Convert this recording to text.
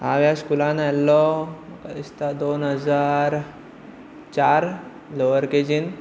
हांव ह्या स्कुलान आयल्लो दोन हजार चार लवर केजीन